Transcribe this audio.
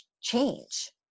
change